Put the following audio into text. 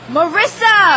Marissa